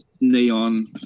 neon